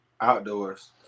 Outdoors